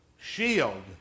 shield